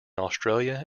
australia